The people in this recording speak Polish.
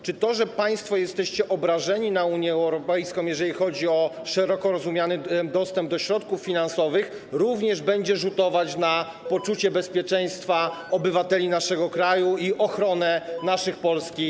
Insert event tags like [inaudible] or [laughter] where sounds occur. Czy to, że państwo jesteście obrażeni na Unię Europejską, jeżeli chodzi o szeroko rozumiany dostęp do środków finansowych, również będzie rzutować [noise] na poczucie bezpieczeństwa obywateli naszego kraju i ochronę naszych polskich granic?